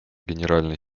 генеральный